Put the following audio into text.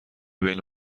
بین